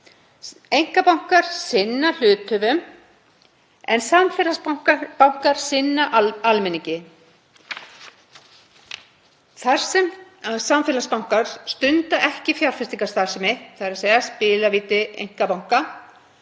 Einkabankar sinna hluthöfum en samfélagsbankar sinna almenningi. Þar sem samfélagsbankar stunda ekki fjárfestingarstarfsemi, þ.e. spilavíti einkabanka,